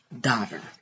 daughter